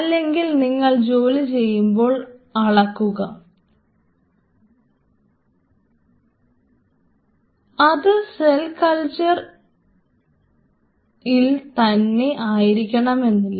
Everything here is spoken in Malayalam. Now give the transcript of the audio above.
അവയെ നിങ്ങൾ ജോലി ചെയ്യുമ്പോൾ അളക്കുക തന്നെ ആയിരിക്കണമെന്നില്ല